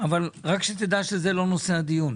רק שתדע שזה לא נושא הדיון,